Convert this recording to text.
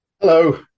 Hello